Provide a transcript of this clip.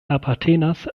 apartenas